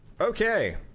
Okay